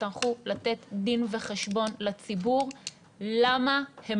יצטרכו לתת דין וחשבון לציבור למה הם